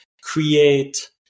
create